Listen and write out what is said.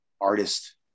artist